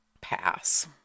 pass